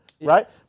right